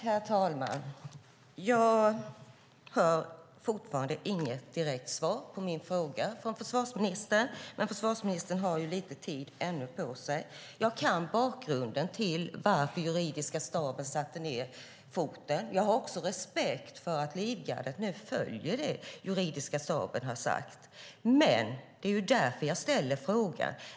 Herr talman! Jag har fortfarande inte hört något direkt svar på min fråga från försvarsministern. Men försvarsministern har fortfarande lite tid kvar för det. Jag kan bakgrunden till att juridiska staben satte ned foten. Jag har också respekt för att Livgardet nu följer det som juridiska staben har sagt. Men det är därför som jag ställer frågan.